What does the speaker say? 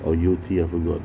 or yew tee I forgot